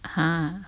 !huh!